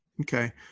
Okay